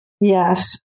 Yes